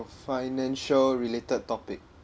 financial related topic